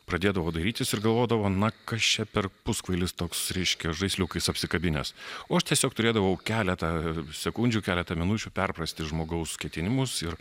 pradėdavo dairytis ir galvodavo na kas čia per puskvailis toks reiškia žaisliukais apsikabinęs o aš tiesiog turėdavau keletą sekundžių keletą minučių perprasti žmogaus ketinimus ir